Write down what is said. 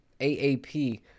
AAP